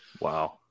Wow